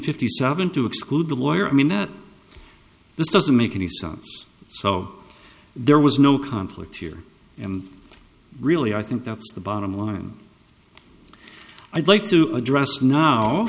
fifty seven to exclude lawyer i mean that this doesn't make any sense so there was no conflict here and really i think that's the bottom line i'd like to address now